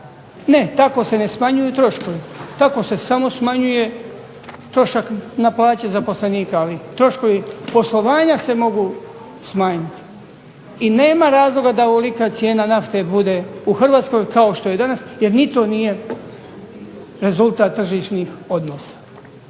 Ne, tako se ne smanjuju troškovi, tako se samo smanjuje trošak na plaće zaposlenika, ali troškovi poslovanja se mogu smanjiti. I nema razloga da ovolika cijena nafte bude u Hrvatskoj kao što je danas jer ni to nije rezultat tržišnih odnosa.